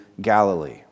Galilee